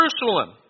Jerusalem